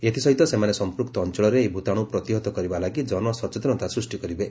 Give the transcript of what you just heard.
ଏଥିସହିତ ସେମାନେ ସଂପ୍ରକ୍ତ ଅଞ୍ଚଳରେ ଏହି ଭୂତାଣୁ ପ୍ରତିହତ କରିବା ଲାଗି ଜନସଚେତନତା ସୃଷ୍ଟି କରିବେ